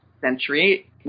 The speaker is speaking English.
century